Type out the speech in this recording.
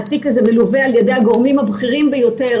התיקה הזה מלווה על ידי הגורמים הבכירים ביותר